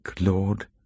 Lord